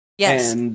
Yes